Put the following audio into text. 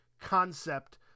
concept